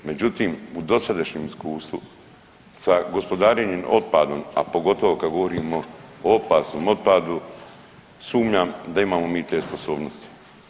Međutim, u dosadašnjem iskustvu sa gospodarenjem otpadom, a pogotovo kad govorimo o opasnom otpadu sumnjam da imamo mi te sposobnosti.